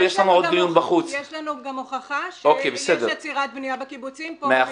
יש לנו גם הוכחה שיש עצירת בניה בקיבוצים פה במכתב.